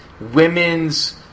women's